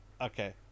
Okay